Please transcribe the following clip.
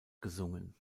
gesungen